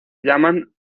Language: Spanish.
llaman